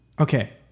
okay